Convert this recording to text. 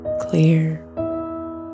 clear